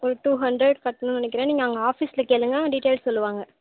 ஒரு two hundred கட்டணுன்னு நினைக்கிறேன் நீங்கள் அங்கே ஆஃபீஸ்சில் கேளுங்க டீடைல் சொல்லுவாங்க